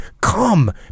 come